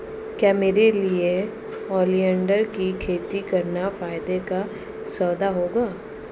क्या मेरे लिए ओलियंडर की खेती करना फायदे का सौदा होगा?